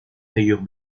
rayures